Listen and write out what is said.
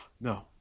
no